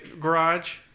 garage